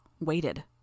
waited